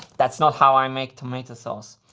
that's not how i make tomato sauce.